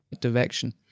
direction